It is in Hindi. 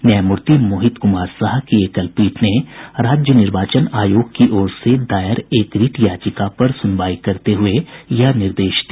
न्यायामूर्ति मोहित कुमार साह की एकल पीठ ने राज्य निर्वाचन आयोग की ओर से दायर एक रिट याचिका पर सुनवाई करते हुये यह निर्देश दिया